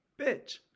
Bitch